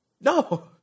No